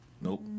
Nope